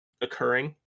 occurring